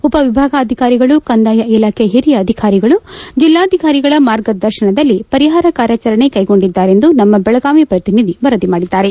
ಉಪವಿಭಾಗಾಧಿಕಾರಿಗಳು ಕಂದಾಯ ಇಲಾಖೆಯ ಹಿರಿಯ ಅಧಿಕಾರಿಗಳು ಜಿಲ್ಲಾ ಧಿಕಾರಿಗಳ ಮಾರ್ಗದರ್ಶನದಲ್ಲಿ ಪರಿಹಾರ ಕಾರ್ಯಾಚರಣೆ ಕೈಗೊಂಡಿದ್ದಾರೆ ಎಂದು ನಮ್ಮ ಬೆಳಗಾವಿ ಪ್ರತಿನಿಧಿ ವರದಿ ಮಾಡಿದ್ದಾರೆ